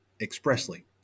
expressly